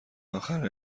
آخر